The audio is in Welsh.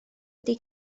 ydy